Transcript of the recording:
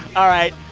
all right.